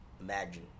imagine